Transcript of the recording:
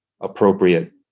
appropriate